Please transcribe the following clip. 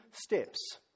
steps